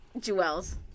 Jewels